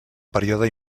període